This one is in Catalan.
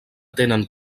tenen